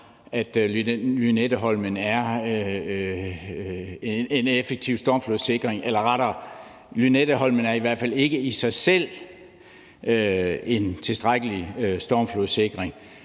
at Lynetteholmen er en effektiv stormflodssikring. Eller rettere sagt: Lynetteholmen er i hvert fald ikke i sig selv en tilstrækkelig stormflodssikring.